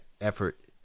effort